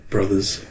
Brothers